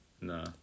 no